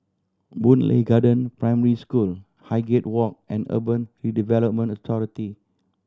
Boon Lay Garden Primary School Highgate Walk and Urban Redevelopment Authority